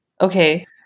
Okay